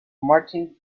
martin